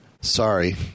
sorry